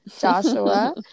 Joshua